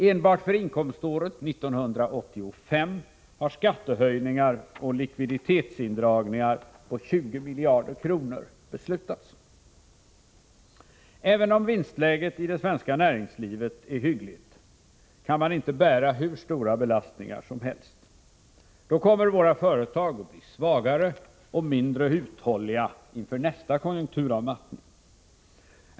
Enbart för inkomståret 1985 har skattehöjningar och likviditetsindragningar på 20 miljarder kronor beslutats. Även om vinstläget i det svenska näringslivet är hyggligt, kan man inte bära hur stora belastningar som helst. Då blir våra företag svagare och mindre uthålliga inför nästa konjunkturavmattning.